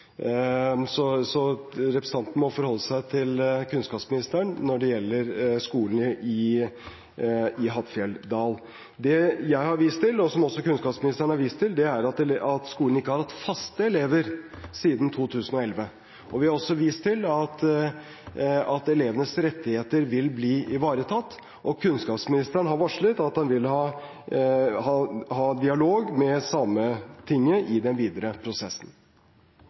så er det kunnskapsministeren som besvarer det spørsmålet. Så representanten må forholde seg til kunnskapsministeren når det gjelder skolen i Hattfjelldal. Det jeg har vist til, og som også kunnskapsministeren har vist til, er at skolen ikke har hatt faste elever siden 2011. Vi har også vist til at elevenes rettigheter vil bli ivaretatt. Og kunnskapsministeren har varslet at han vil ha dialog med Sametinget i den videre prosessen.